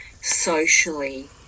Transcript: socially